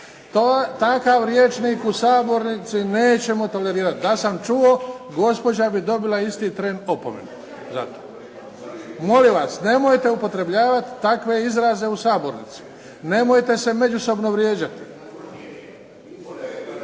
Takav rječnik u sabornici nećemo tolerirati. Da sam čuo, gospođa bi dobila isti tren opomenu. Molim vas, nemojte upotrebljavati takve izraze u sabornici. Nemojte se međusobno vrijeđati.